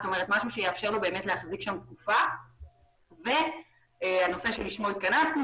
משהו שיאפשר לו להחזיק שם תקופה והנושא שלשמו התכנסנו,